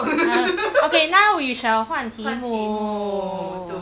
ugh okay now we shall 换题目